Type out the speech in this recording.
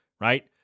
right